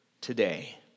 today